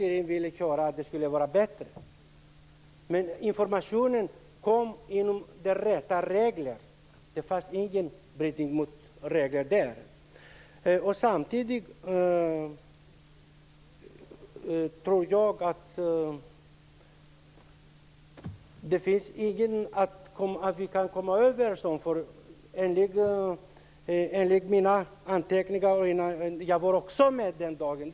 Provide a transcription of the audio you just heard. Jag vet att Inger René vill höra att informationen skulle ha varit bättre, men den gick ut enligt reglerna. Det var inget brott mot reglerna. Enligt mina anteckningar var jag också med den dagen.